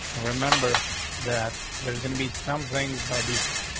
remember that there's gonna be some things by default.